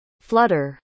Flutter